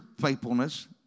faithfulness